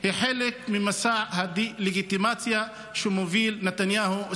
הוא חלק ממסע הדה-לגיטימציה שמובילים נתניהו,